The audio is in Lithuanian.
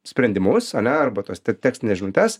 sprendimus ane arba tuos te tekstines žinutes